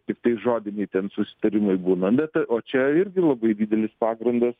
tiktai žodiniai ten susitarimai būna na ta o čia irgi labai didelis pagrindas